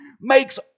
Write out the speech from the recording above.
makes